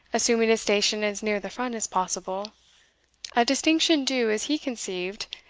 assuming a station as near the front as possible a distinction due, as he conceived,